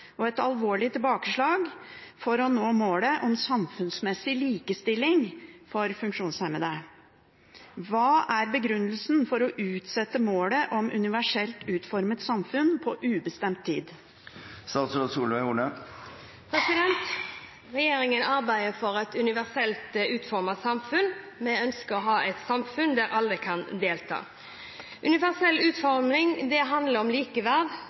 og et alvorlig tilbakeslag for målet om samfunnsmessig likestilling for funksjonshemmede. Hva er begrunnelsen for å utsette målet om universelt utformet samfunn på ubestemt tid?» Regjeringen arbeider for et universelt utformet samfunn. Vi ønsker å ha et samfunn der alle kan delta. Universell utforming handler om likeverd,